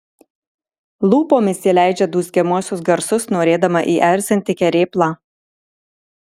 lūpomis ji leidžia dūzgiamuosius garsus norėdama įerzinti kerėplą